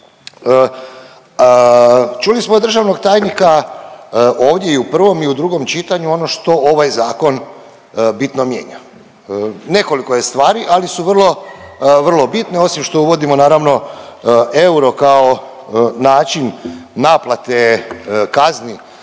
Čuli smo od državnog tajnika ovdje i u prvom i u drugom čitanju ono što ovaj zakon bitno mijenja, nekoliko je stvari, ali su vrlo, vrlo bitne osim što uvodimo naravno euro kao način naplate kazni